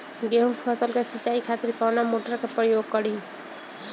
गेहूं फसल के सिंचाई खातिर कवना मोटर के प्रयोग करी?